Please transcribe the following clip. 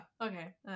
okay